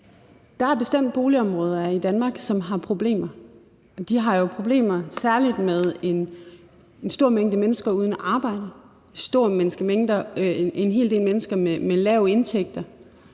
Der er bestemt boligområder i Danmark, som har problemer. De har jo problemer særlig med en stor mængde mennesker uden arbejde, en hel del mennesker med lave indtægter,